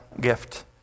gift